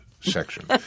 section